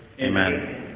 Amen